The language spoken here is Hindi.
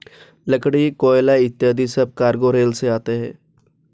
लकड़ी, कोयला इत्यादि सब कार्गो रेल से आते हैं